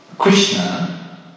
Krishna